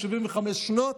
ב-75 שנות,